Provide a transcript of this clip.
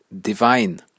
divine